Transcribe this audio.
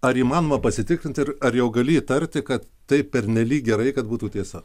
ar įmanoma pasitikrint ir ar jau gali įtarti kad tai pernelyg gerai kad būtų tiesa